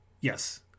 Yes